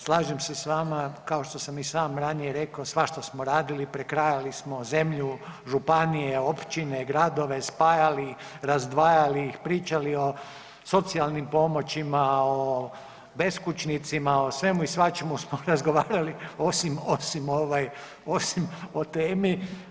Slažem se s vama, kao što sam i sam ranije rekao, svašta smo radili, prekrajali smo zemlju, županije, općine, gradove, spajali, razdvajali ih, pričali o socijalnim pomoćima, o beskućnicima, o svemu i svačemu smo razgovarali, osim ovaj, osim o temi.